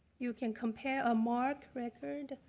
you can compare a marc record